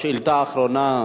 שאילתא אחרונה,